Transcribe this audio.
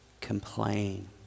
complain